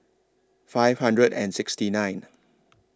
five hundred and sixty nine